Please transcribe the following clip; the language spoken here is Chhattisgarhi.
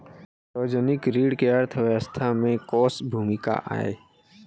सार्वजनिक ऋण के अर्थव्यवस्था में कोस भूमिका आय?